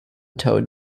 towed